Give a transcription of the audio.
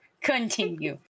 Continue